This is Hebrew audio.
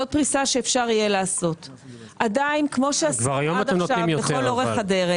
זאת פריסה שאפשר יהיה לעשות עדיין כמו שעשינו עד עכשיו לכל אורך הדרך.